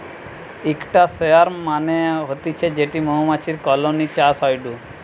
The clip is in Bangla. ইকটা সোয়ার্ম মানে হতিছে যেটি মৌমাছির কলোনি চাষ হয়ঢু